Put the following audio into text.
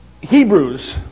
Hebrews